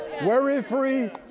Worry-free